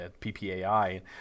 PPAI